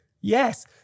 Yes